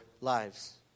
lives